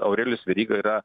aurelijus veryga yra